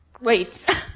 Wait